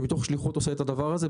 שמתוך שליחות עושה את הדבר הזה.